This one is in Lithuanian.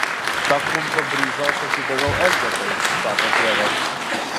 tą kumpio bryzą aš atidaviau elgetai sako tėvas